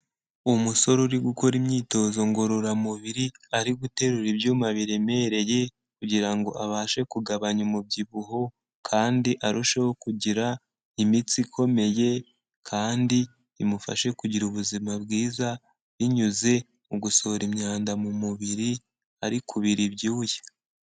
Umusore uri gukora imyitozo ngororamubiri, ari guterura ibyuma biremereye kugira ngo abashe kugabanya umubyibuho kandi arusheho kugira imitsi ikomeye kandi imufashe kugira ubuzima bwiza binyuze mu gusohora imyanda mu mubiri ari kubira ibyuya.